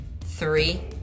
three